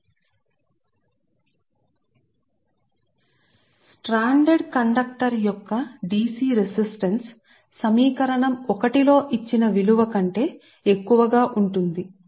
మరియు ఇది ప్రాథమికంగా dc రెసిస్టన్స్ కాబట్టి ఒంటరిగా గా ఉన్న కండక్టర్ యొక్క dc రెసిస్టెన్స్ సమీకరణం 1 లో ఇచ్చిన విలువ కంటే ఎక్కువగా ఉంటుంది l